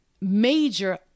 major